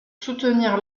soutenir